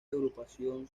agrupación